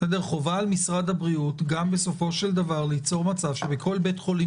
חובה על משרד הבריאות גם בסופו של דבר ליצור מצב שבכל בית חולים